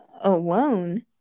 alone